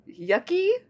Yucky